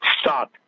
start